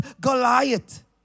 Goliath